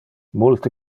multe